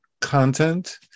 content